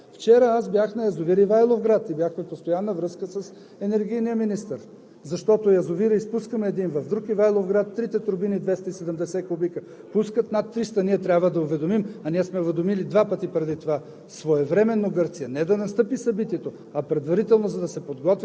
Одрин не беше залят. Вчера го гледах с бинокъла – добре премина вълната. Вчера аз бях на язовир „Ивайловград“ и бяхме в постоянна връзка с енергийния министър, защото изпускаме язовири един в друг. В Ивайловград трите турбини – 270 кубика, пускат над 300. Ние трябва да уведомим, а ние сме уведомили два пъти преди това